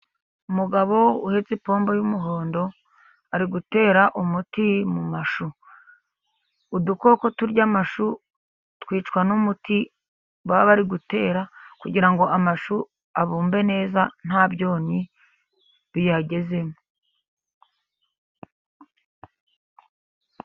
Umugabo uhetse ipombo y'umuhondo, ari gutera umuti mu mashu. Udukoko turya amashu, twicwa n'umuti baba bari gutera, kugira ngo amashu abumbe neza, nta byonyi biyagezemo.